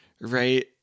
right